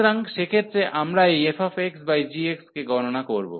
সুতরাং সেক্ষেত্রে আমরা এই fxgx কে গণনা করব